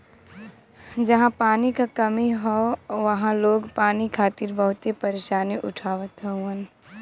जहां पानी क कमी हौ वहां लोग पानी खातिर बहुते परेशानी उठावत हउवन